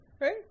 Right